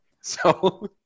So-